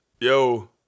Yo